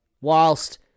whilst